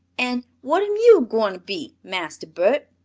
an' what am yo' gwine to be, master bert?